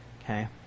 Okay